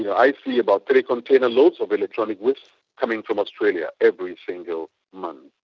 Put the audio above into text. yeah i see about three container loads of electronic waste coming from australia every single month.